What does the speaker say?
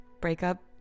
breakup